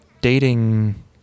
dating